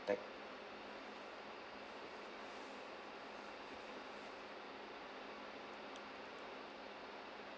thank